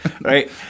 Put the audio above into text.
right